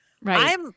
Right